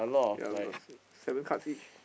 ya we got six seven cards each